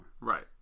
Right